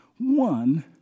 one